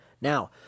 Now